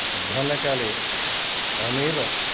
मध्याह्नकाले अहमेव